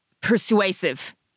persuasive